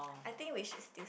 I think we should still